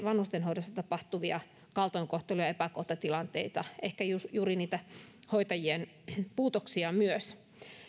vanhustenhoidossa tapahtuvia kaltoinkohtelu ja epäkohtatilanteita ehkä juuri niitä hoitajien puutoksia myös